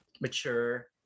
mature